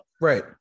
Right